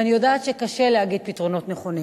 ואני יודעת שקשה להגיד "פתרונות נכונים".